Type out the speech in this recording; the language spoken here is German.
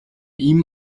ihm